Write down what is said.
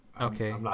Okay